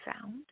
found